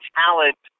talent